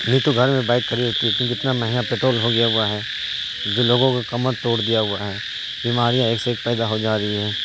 نہیں تو گھر میں بائک کھڑی رہتی ہے کیونکہ اتنا مہنگا پیٹرول ہو گیا ہوا ہے جو لوگوں کی کمر توڑ دیا ہوا ہے بیماریاں ایک سے ایک پیدا ہو جا رہی ہیں